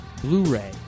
Blu-ray